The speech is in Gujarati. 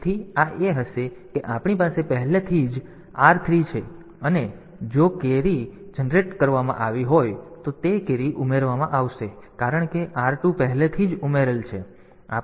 તેથી આ એ હશે કે આપણી પાસે પહેલેથી જ r3 છે અને જો અમુક કેરી જનરેટ કરવામાં આવી હોય તો તે કેરી ઉમેરવામાં આવશે અને કારણ કે r2 પહેલેથી જ ઉમેરાયેલ છે